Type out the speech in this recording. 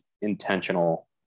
intentional